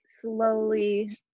slowly